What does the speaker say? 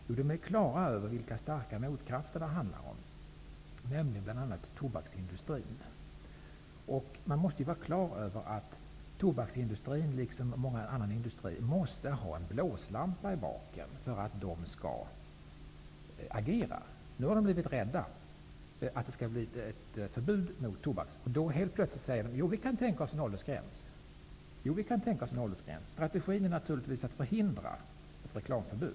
Jo, det är därför att man vet vilka starka motkrafter som det handlar om, nämligen bl.a. Man måste vara på det klara med att tobaksindustrin, liksom mången annan industri, måste ha en blåslampa i baken för att agera. Nu har man inom industrin blivit rädd för att ett förbud skall införas. Då säger man: Vi kan tänka oss en åldersgräns. Strategin är naturligtvis att förhindra ett reklamförbud.